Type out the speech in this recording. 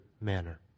manner